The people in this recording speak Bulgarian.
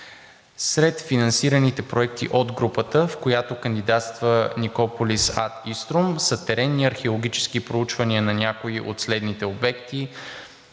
Сред финансираните проекти от групата, в която кандидатства Никополис ад Иструм, са теренни археологически проучвания на някои от следните обекти: